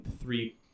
three